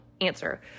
answer